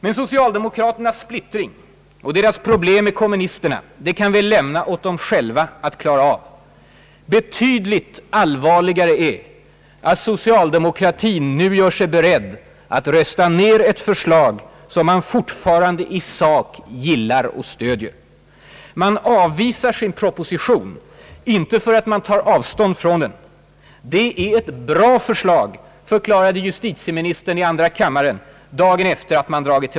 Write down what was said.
Men socialdemokraternas splittring och deras problem med kommunisterna kan vi lämna åt dem själva att klara av. Betydligt allvarligare är att socialdemokratin nu gör sig beredd att rösta ner ett förslag som man fortfarande i sak gillar och stöder. Man avvisar sin proposition inte därför att man nu tar avstånd från den. »Det är ett bra förslag», förklarade justitieministern i andra kammaren dagen efter det man dragit Ang.